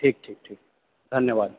ठीक छै ठीक छै धन्यबाद